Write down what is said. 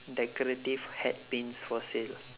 decorative hat pins for sale